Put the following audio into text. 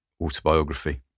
autobiography